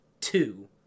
two